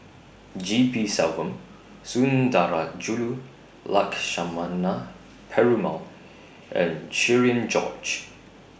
G P Selvam Sundarajulu Lakshmana Perumal and Cherian George